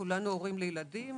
כולנו הורים לילדים,